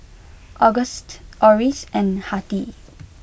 Auguste Oris and Hattie